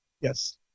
Yes